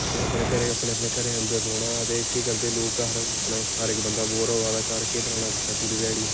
ते अपने घरै अपने अपने घरै दे अंदर रौह्ना ते केह् करदे लोक घर अपने घर हर इक बंदा बोर होआ दा घर केह् बनाना कुसै पूरे ध्याड़ी